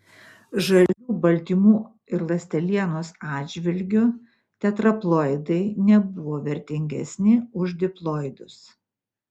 žalių baltymų ir ląstelienos atžvilgiu tetraploidai nebuvo vertingesni už diploidus